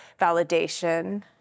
validation